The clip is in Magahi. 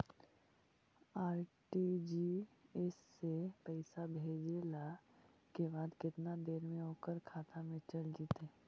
आर.टी.जी.एस से पैसा भेजला के बाद केतना देर मे ओकर खाता मे चल जितै?